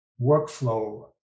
workflow